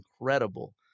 incredible